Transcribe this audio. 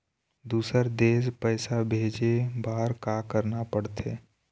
दुसर देश पैसा भेजे बार का करना पड़ते?